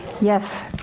Yes